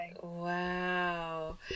Wow